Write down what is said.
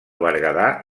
berguedà